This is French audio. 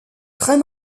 très